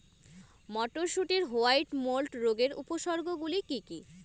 মটরশুটির white mould রোগের উপসর্গগুলি কী কী?